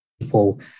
people